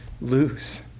lose